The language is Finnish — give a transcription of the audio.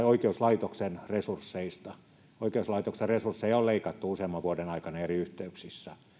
oikeuslaitoksen resursseista oikeuslaitoksen resursseja on leikattu useamman vuoden aikana eri yhteyksissä